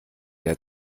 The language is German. der